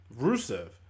Rusev